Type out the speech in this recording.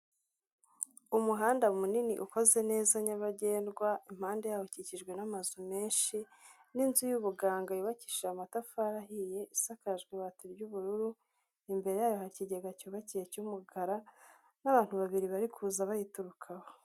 Umuhanda munini ukoze neza nyabagendwa, impande yawo ukikijwe n'amazu menshi, n'inzu y'ubuganga yubakishije amatafari ahiye, isakajwe ibati ry'ubururu, imbere yaho hari ikigega cyubakiye cy'umukara n'abantu babiri bari kuza bayiturukaho.